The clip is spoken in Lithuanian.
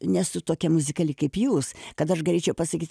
nesu tokia muzikali kaip jūs kad aš galėčiau pasakyt